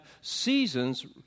seasons